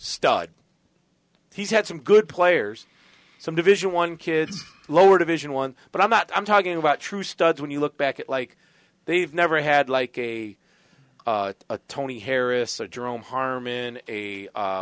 stud he's had some good players some division one kid's lower division one but i'm not i'm talking about true studs when you look back at like they've never had like a tony harris jerome harm in a